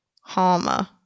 Harmer